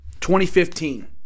2015